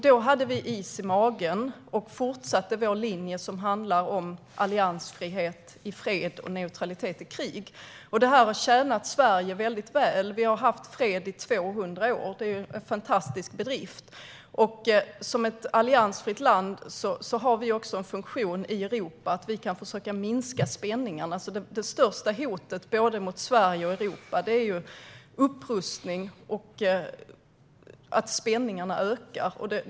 Då hade vi is i magen och fortsatte att hålla fast vid vår linje alliansfrihet i fred och neutralitet i krig. Det har tjänat Sverige väldigt väl. Vi har haft fred i 200 år, och det är ju en fantastisk bedrift. Som ett alliansfritt land har vi också en funktion i Europa att försöka minska spänningarna. Det största hotet mot både Sverige och Europa är ju upprustning och att spänningarna ökar.